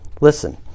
Listen